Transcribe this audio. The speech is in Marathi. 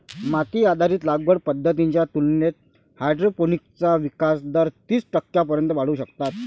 माती आधारित लागवड पद्धतींच्या तुलनेत हायड्रोपोनिक्सचा विकास दर तीस टक्क्यांपर्यंत वाढवू शकतात